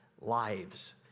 lives